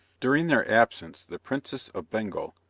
during their absence the princess of bengal,